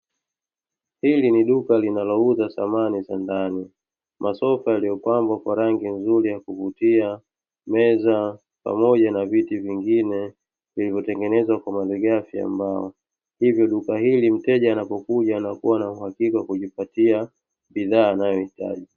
Hili ni duka linalouza samani za ndani, masofa yaliyopambwa kwa rangi nzuri ya kuvutia meza, pamoja na viti vengine vilivyotengenezwa kwa malighafi ya mbao, hivyo duka hili mteja anapokuja anakuwa na uhakika wa kujipatia bidhaa anayohitaji.